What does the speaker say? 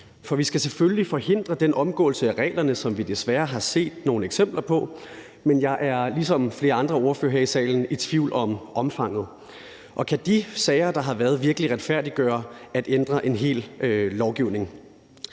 Vi skal selvfølgelig forhindre den omgåelse af reglerne, som vi desværre har set nogle eksempler på, men jeg er ligesom flere andre ordførere her i salen i tvivl om omfanget. Kan de sager, der har været, virkelig retfærdiggøre, at vi ændrer en hel lovgivning?